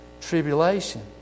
Tribulation